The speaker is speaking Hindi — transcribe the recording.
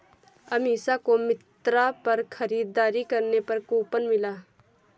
अमीषा को मिंत्रा पर खरीदारी करने पर कूपन मिला